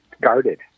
guarded